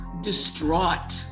distraught